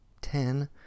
ten